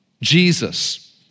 Jesus